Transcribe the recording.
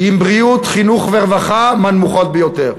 עם רמת בריאות, חינוך ורווחה מהנמוכות ביותר.